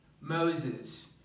Moses